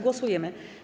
Głosujemy.